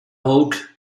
oak